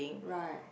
right